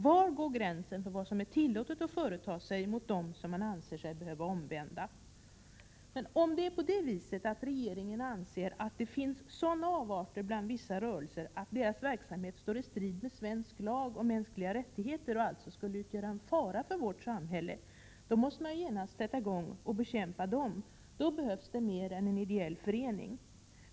Var går gränsen för vad som är tillåtet att företa sig mot dem som man anser sig behöva omvända? Om regeringen anser att vissa rörelser är sådana avarter att deras verksamhet står i strid med svensk lag och mänskliga rättigheter och alltså skulle utgöra en fara för vårt samhälle, då måste ju regeringen börja bekämpa dem. Då behövs mer än en ideell förening.